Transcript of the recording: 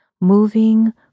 moving